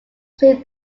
see